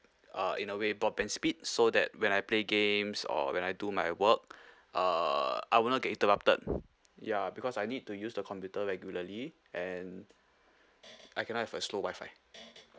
uh in a way broadband speed so that when I play games or when I do my work uh I will not get interrupted ya because I need to use the computer regularly and I cannot have a slow wi-fi